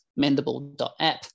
mendable.app